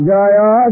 Jaya